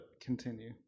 continue